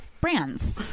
Brands